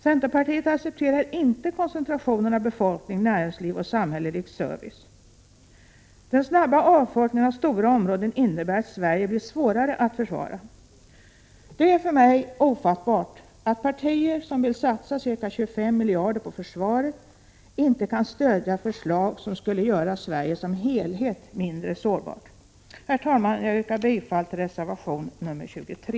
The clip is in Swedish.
Centerpartiet accepterar inte koncentrationen av befolkning, näringsliv och samhällelig service. Den snabba avfolkningen av stora områden innebär att Sverige blir svårare att försvara. Det är för mig ofattbart att partier som vill satsa ca 25 miljarder på försvaret inte kan stödja förslag som skulle göra Sverige som helhet mindre sårbart. Herr talman! Jag yrkar bifall till reservation nr 23.